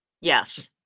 yes